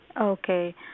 Okay